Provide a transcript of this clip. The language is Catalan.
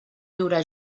viure